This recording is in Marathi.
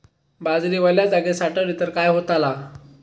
बाजरी वल्या जागेत साठवली तर काय होताला?